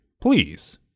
please